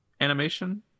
animation